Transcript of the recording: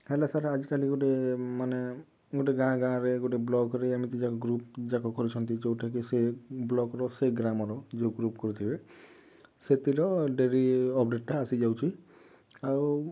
ହେଲେ ସାର୍ ଆଜିକାଲି ଗୁଟେ ମାନେ ଗୁଟେ ଗାଁ ଗାଁ ରେ ଗୁଟେ ବ୍ଲକ୍ରେ ଏମିତି ଗ୍ରୁପ୍ଯାକ କରୁଛନ୍ତି ଯେଉଁଟା କି ସେ ବ୍ଲକ୍ର ସେ ଗ୍ରାମର ଯେଉଁ ଗ୍ରୁପ୍ କରିଥିବେ ସେଥିର ଡେଲି ଅପଡ଼େଟ୍ଟା ଆସିଯାଉଛି ଆଉ